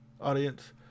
audience